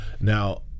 Now